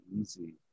easy